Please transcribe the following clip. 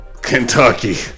Kentucky